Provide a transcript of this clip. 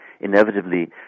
inevitably